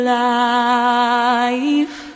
life